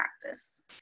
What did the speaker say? practice